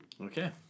Okay